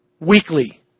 weekly